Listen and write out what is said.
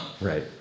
Right